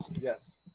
Yes